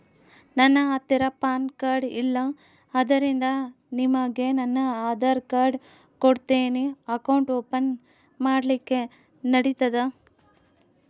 ನನ್ನ ಹತ್ತಿರ PAN card ಇಲ್ಲ ಆದ್ದರಿಂದ ನಿಮಗೆ ನನ್ನ ಆಧಾರ್ ಕಾರ್ಡ್ ಕೊಡ್ತೇನಿ ಅಕೌಂಟ್ ಓಪನ್ ಮಾಡ್ಲಿಕ್ಕೆ ನಡಿತದಾ?